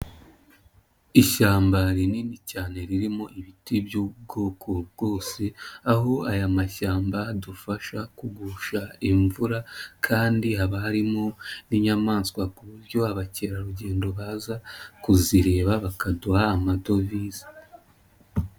Ishyamba rinini cyane ririmo ibiti by'ubwoko bwose aho aya mashyamba adufasha kugusha imvura kandi haba harimo n'inyamaswa ku buryo abakerarugendo baza kuzireba bakaduha amadovize.